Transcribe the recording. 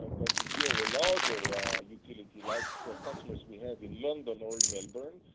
and but and if you're a larger utility, like customers we have in london or in melbourne,